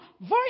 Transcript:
verse